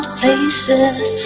places